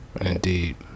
Indeed